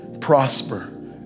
prosper